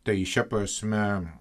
tai šia prasme